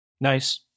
Nice